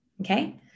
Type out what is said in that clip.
okay